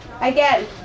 Again